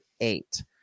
eight